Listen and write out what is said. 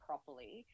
Properly